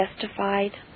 justified